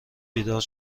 بیدار